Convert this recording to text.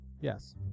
Yes